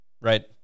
right